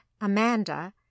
Amanda